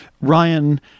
Ryan